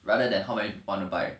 rather than how many people want to buy